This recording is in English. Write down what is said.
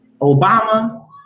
Obama